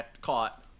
caught